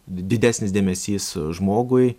didesnis dėmesys žmogui